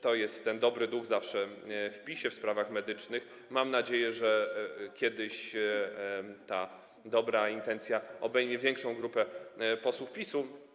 To jest ten zawsze dobry duch w PiS-ie w sprawach medycznych, mam nadzieję, że kiedyś ta dobra intencja obejmie większą grupę posłów PiS-u.